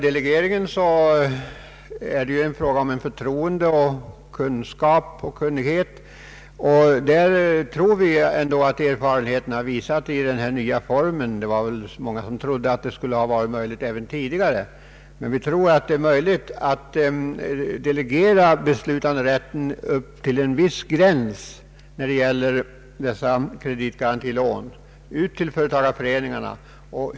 Delegeringen är en fråga om förtroende och kunnande. Erfarenheterna från den nya låneformen har enligt vår uppfattning visat att det är möjligt — många trodde att det var möjligt redan tidigare — att delegera beslutanderätten till företagareföreningarna när det gäller lån upp till en viss gräns.